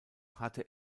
hatte